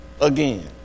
again